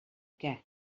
què